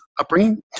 upbringing